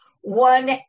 One